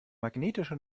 magnetische